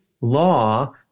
law